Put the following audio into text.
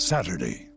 Saturday